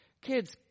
Kids